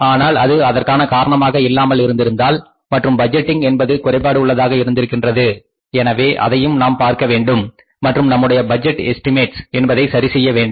ஆனால் அது அதற்கான காரணமாக இல்லாமல் இருந்திருந்தால் மற்றும் பட்ஜெட்டிங் என்பது குறைபாடு உள்ளதாக இருந்திருக்கின்றது எனவே அதையும் நாம் பார்க்க வேண்டும் மற்றும் நம்முடைய பட்ஜெட் எஸ்டிமட்ஸ் என்பதை சரி செய்ய வேண்டும்